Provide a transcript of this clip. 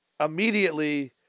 immediately